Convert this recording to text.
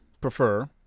prefer